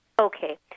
Okay